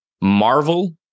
Marvel